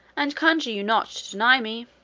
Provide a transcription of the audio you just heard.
and conjure you not to deny me.